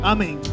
Amen